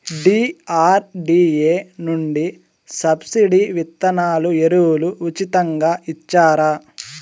DRDA నుండి subsidy విత్తనాలు ఎరువులు ఉచితంగా ఇచ్చారా?